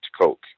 Coke